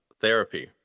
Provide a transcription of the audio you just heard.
therapy